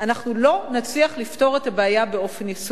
אנחנו לא נצליח לפתור את הבעיה באופן יסודי.